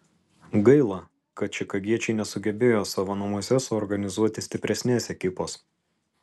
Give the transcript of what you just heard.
gaila kad čikagiečiai nesugebėjo savo namuose suorganizuoti stipresnės ekipos